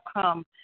come